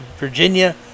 Virginia